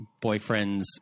boyfriend's